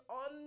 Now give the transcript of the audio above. on